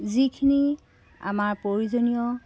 যিখিনি আমাৰ প্ৰয়োজনীয়